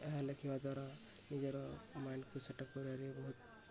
ଏହା ଲେଖିବା ଦ୍ୱାରା ନିଜର ମାଇଣ୍ଡକୁ ସେଟ୍ ଅପ୍ କରିବାକୁ ବହୁତ